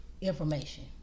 Information